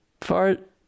Fart